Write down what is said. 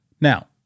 Now